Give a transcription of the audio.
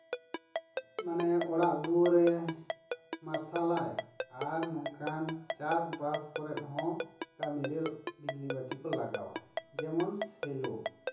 ᱢᱟᱱᱮ ᱚᱲᱟᱜ ᱫᱩᱣᱟᱹᱨᱮ ᱢᱟᱨᱥᱟᱞᱟᱭ ᱟᱨ ᱱᱚᱝᱠᱟᱱ ᱪᱟᱥᱵᱟᱥ ᱠᱚᱨᱮᱫ ᱦᱚᱸ ᱠᱟᱹᱢᱤ ᱨᱮ ᱵᱤᱡᱽᱞᱤ ᱵᱟᱹᱛᱤ ᱠᱚ ᱞᱟᱜᱟᱣᱟ ᱡᱮᱢᱚᱱ ᱥᱮᱞᱳ